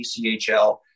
ECHL